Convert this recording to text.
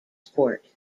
sport